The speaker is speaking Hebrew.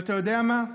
אבל אתה יודע מה,